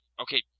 okay